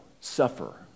suffer